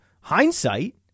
hindsight